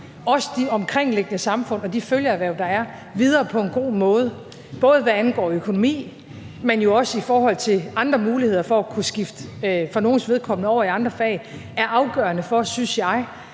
også de omkringliggende samfund og de følgeerhverv, der er, videre på en god måde, både hvad angår økonomi, men jo også i forhold til andre muligheder for at kunne skifte – for nogles vedkommende – over i andre fag, er afgørende for, synes jeg,